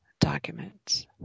documents